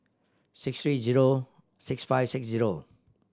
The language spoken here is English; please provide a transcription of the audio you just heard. six three zero seven six five six zero